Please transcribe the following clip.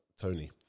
Tony